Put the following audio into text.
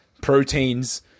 proteins